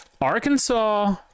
arkansas